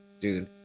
dude